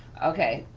okay.